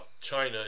China